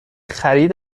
خرید